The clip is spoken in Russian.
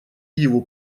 его